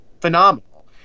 phenomenal